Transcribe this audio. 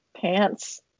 pants